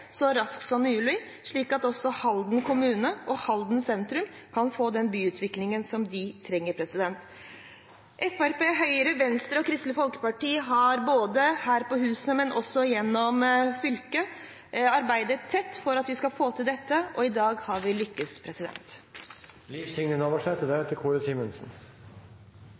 så raskt som mulig, slik at også Halden kommune og Halden sentrum kan få den byutviklingen som de trenger. Fremskrittspartiet, Høyre, Venstre og Kristelig Folkeparti har, både her på huset og gjennom fylket, arbeidet tett for at vi skal få til dette, og i dag har vi lykkes.